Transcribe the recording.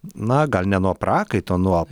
na gal ne nuo prakaito nuo